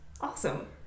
Awesome